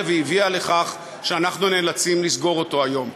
והביאה לכך שאנחנו נאלצים לסגור אותו היום.